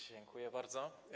Dziękuję bardzo.